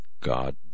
God